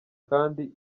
kandi